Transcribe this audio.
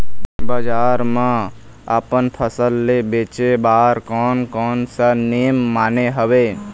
बजार मा अपन फसल ले बेचे बार कोन कौन सा नेम माने हवे?